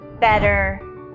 better